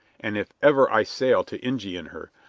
and if ever i sail to injy in her,